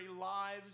lives